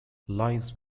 lise